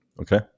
okay